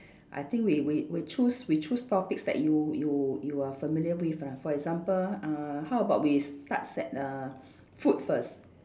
I think we we we choose we choose topics that you you you are familiar with ah for example uh how about we starts at uh food first